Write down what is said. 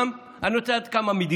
אני רוצה לדעת כמה מירוחם,